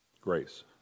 grace